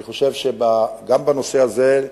אני חושב שגם בנושא הזה,